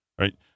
right